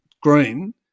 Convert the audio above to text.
green